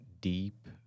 deep